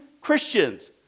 Christians